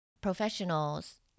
professionals